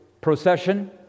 procession